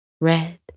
red